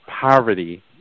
poverty